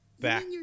back